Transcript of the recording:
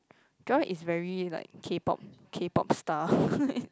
Joy is very like K-Pop K-Pop star